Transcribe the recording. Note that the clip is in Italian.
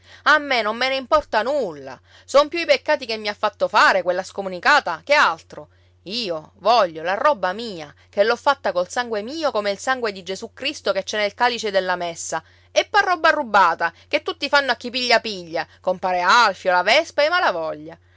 a me non me ne importa nulla son più i peccati che mi ha fatto fare quella scomunicata che altro io voglio la roba mia che l'ho fatta col sangue mio come il sangue di gesù cristo che c'è nel calice della messa e par roba rubata che tutti fanno a chi piglia piglia compare alfio la